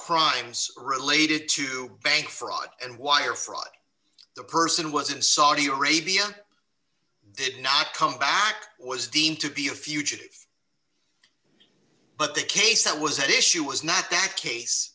crimes related to bank fraud and wire fraud the person was in saudi arabia did not come back was deemed to be a fugitive but the case that was at issue was not that case